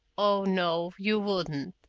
oh, no, you wouldn't,